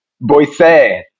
Boise